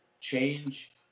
change